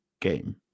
game